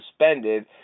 suspended